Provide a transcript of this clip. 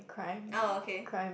oh okay